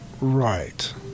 right